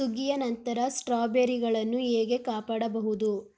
ಸುಗ್ಗಿಯ ನಂತರ ಸ್ಟ್ರಾಬೆರಿಗಳನ್ನು ಹೇಗೆ ಕಾಪಾಡ ಬಹುದು?